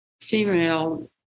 female